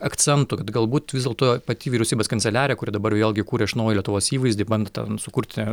akcentų kad galbūt vis dėlto pati vyriausybės kanceliarija kuri dabar vėlgi kuria iš naujo lietuvos įvaizdį bando tą sukurti